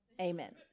Amen